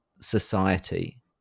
society